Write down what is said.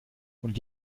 und